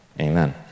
amen